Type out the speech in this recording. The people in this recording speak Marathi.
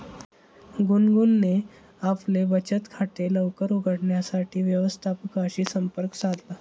गुनगुनने आपले बचत खाते लवकर उघडण्यासाठी व्यवस्थापकाशी संपर्क साधला